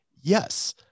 Yes